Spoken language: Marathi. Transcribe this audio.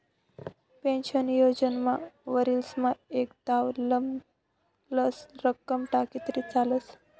पेन्शन योजनामा वरीसमा एकदाव लमसम रक्कम टाकी तरी चालस